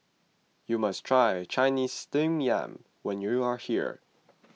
you must try Chinese Steamed Yam when you are here